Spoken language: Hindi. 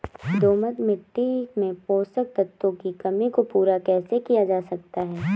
दोमट मिट्टी में पोषक तत्वों की कमी को पूरा कैसे किया जा सकता है?